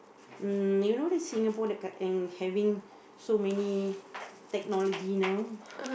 mm you know the Singapore like the having so many technology now